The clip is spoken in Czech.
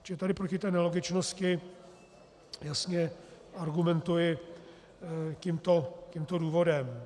Čili tady proti té nelogičnosti jasně argumentuji tímto důvodem.